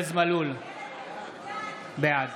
בעד